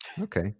Okay